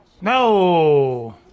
No